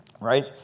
Right